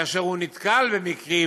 כאשר הוא נתקל במקרים